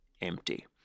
empty